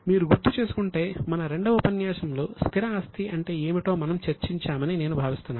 మీరు గుర్తు చేసుకుంటే మన రెండవ ఉపన్యాసంలో స్థిర ఆస్తి అంటే ఏమిటో మనం చర్చించామని నేను భావిస్తున్నాను